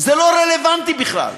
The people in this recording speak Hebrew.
זה לא רלוונטי בכלל.